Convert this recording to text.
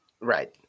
Right